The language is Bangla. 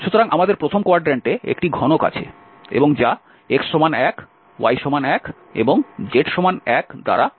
সুতরাং আমাদের প্রথম কোয়াড্রেন্ট এ একটি ঘনক আছে এবং যা x 1 y 1 এবং z 1 দ্বারা আবদ্ধ